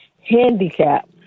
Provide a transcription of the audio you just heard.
handicap